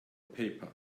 paper